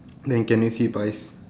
then can you see pies